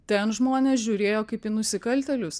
ten žmonės žiūrėjo kaip į nusikaltėlius